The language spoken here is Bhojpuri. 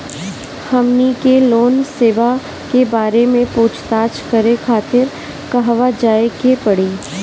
हमनी के लोन सेबा के बारे में पूछताछ करे खातिर कहवा जाए के पड़ी?